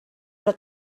però